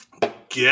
Get